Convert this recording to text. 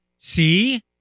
See